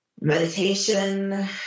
Meditation